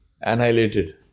annihilated